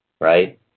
right